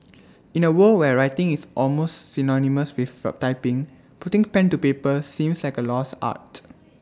in A world where writing is almost synonymous with typing putting pen to paper seems like A lost art